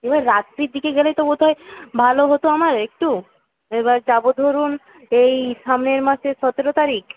এবার রাত্রির দিকে গেলেই তো বোধ হয় ভালো হতো আমার একটু এবার যাবো ধরুন এই সামনের মাসের সতেরো তারিখ